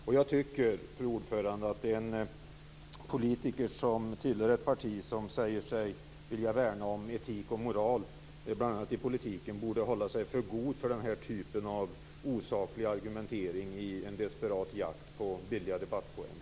Och jag tycker, fru talman, att en politiker som tillhör ett parti som säger sig bl.a. vilja värna om etik och moral i politiken borde hålla sig för god för den här typen av osaklig argumentering i en desperat jakt på billiga debattpoänger.